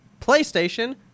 PlayStation